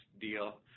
deal